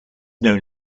known